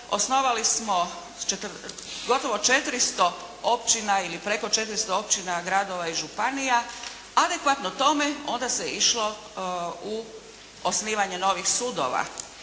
osnovali smo gotovo 400 općina ili preko 400 općina, gradova i županija. Adekvatno tome onda se išlo u osnivanje novih sudova.